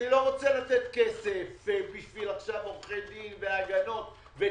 אני לא רוצה לתת כסף בשביל עורכי דין והגנות ותיקונים,